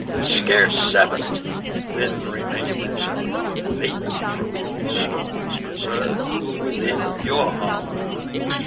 scarce sev'n, the thin remainders of my fleet, from storms preserv'd, within your harbor meet.